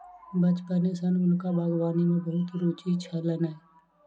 बचपने सॅ हुनका बागवानी में बहुत रूचि छलैन